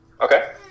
Okay